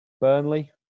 Burnley